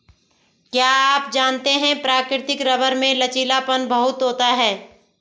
क्या आप जानते है प्राकृतिक रबर में लचीलापन बहुत होता है?